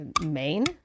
Main